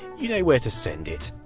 you know where to send it.